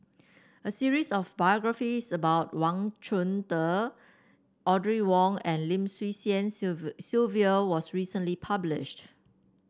a series of biographies about Wang Chunde Audrey Wong and Lim Swee Lian Sylvia was recently published